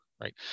right